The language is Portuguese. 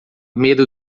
medo